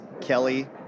Kelly